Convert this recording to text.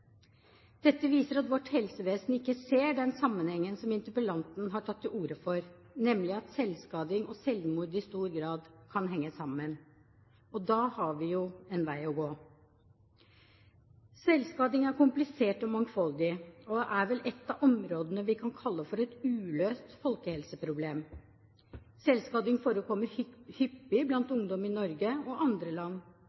Dette viser at vårt helsevesen ikke ser den sammenhengen som interpellanten har tatt til orde for, nemlig at selvskading og selvmord i stor grad kan henge sammen. Da har vi jo en vei å gå. Selvskading er komplisert og mangfoldig og er vel ett av områdene vi kan kalle et uløst folkehelseproblem. Selvskading forekommer hyppig blant